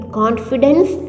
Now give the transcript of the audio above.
confidence